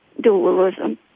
dualism